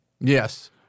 Yes